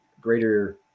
greater